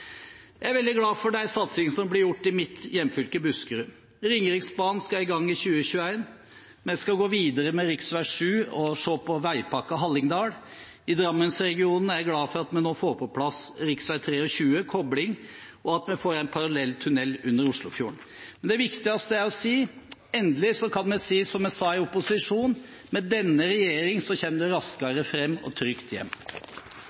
Jeg er veldig glad for de satsingene som blir gjort i mitt hjemfylke, Buskerud. Ringeriksbanen skal i gang i 2021. Vi skal gå videre med rv. 7 og se på Vegpakke Hallingdal. I Drammensregionen er jeg glad for at vi nå får på plass rv. 23, kobling, og at vi får en parallell tunnel under Oslofjorden. Det viktigste er å si: Endelig kan vi si, som jeg sa i opposisjon, at med denne regjeringen kommer vi «raskt frem og trygt hjem».